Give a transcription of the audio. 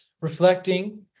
reflecting